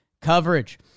coverage